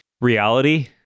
reality